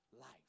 life